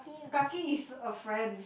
kaki is a friend